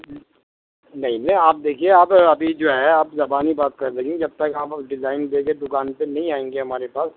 نہیں آپ دیکھیے آپ ابھی جو ہے آپ زبانی بات کر رہی ہیں جب تک آپ اب ڈیزائن لے کے دوکان پہ نہیں آئیں گی ہمارے پاس